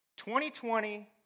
2020